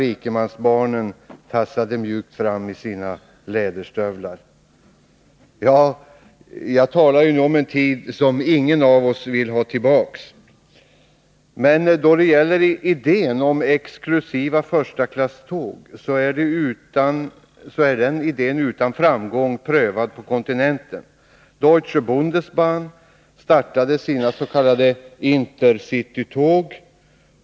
Rikemansbarnen tassade mjukt i sina läderstövlar. Jag talar nu om en tid som ingen av oss vill ha tillbaka. Idén med exklusiva förstaklasståg är utan framgång prövad på kontinenten. Deutsche Bundesbahn startade sina s.k. Intercitytåg.